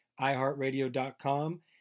iheartradio.com